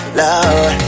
love